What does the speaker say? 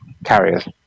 Carriers